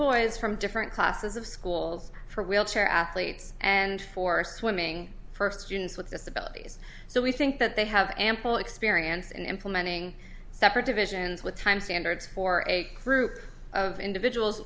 boys from different classes of schools for wheelchair athletes and for swimming first students with disabilities so we think that they have ample experience in implementing separate divisions with time standards for a group of individuals